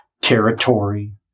territory